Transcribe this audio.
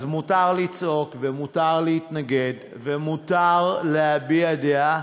אז מותר לצעוק, ומותר להתנגד, ומותר להביע דעה,